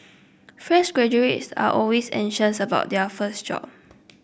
fresh graduates are always anxious about their first job